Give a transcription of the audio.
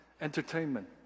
entertainment